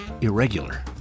irregular